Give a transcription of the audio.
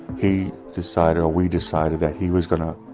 he decided, or we decided, that he was going to